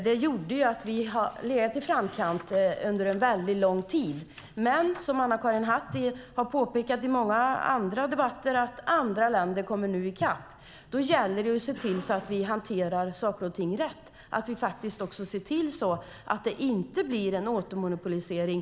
Detta har gjort att vi har legat i framkant under en väldigt lång tid, men som Anna-Karin Hatt har påpekat i många andra debatter kommer andra länder nu i kapp. Då gäller det att se till att vi hanterar saker och ting rätt och att vi faktiskt också ser till att det inte blir en återmonopolisering.